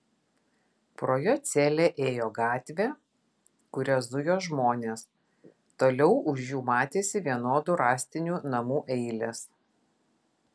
pro jo celę ėjo gatvė kuria zujo žmonės toliau už jų matėsi vienodų rąstinių namų eilės